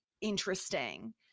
interesting